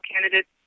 candidates